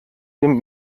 dem